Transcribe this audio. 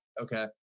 Okay